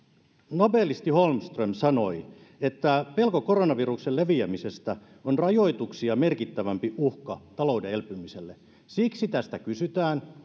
nobelisti holmström sanoi että pelko koronaviruksen leviämisestä on rajoituksia merkittävämpi uhka talouden elpymiselle siksi tästä kysytään